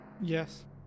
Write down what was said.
Yes